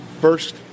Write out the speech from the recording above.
first